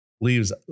leaves